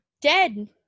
Dead